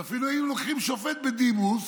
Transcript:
ואפילו היינו לוקחים שופט בדימוס